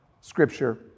scripture